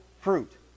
fruit